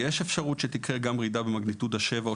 יש אפשרות שתקרה גם רעידה במגניטודה 7 או